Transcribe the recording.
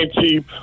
cheap